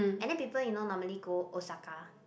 and then people you know normally go Osaka